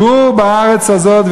גור בארץ הזאת,